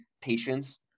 patient's